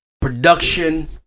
Production